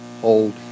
hold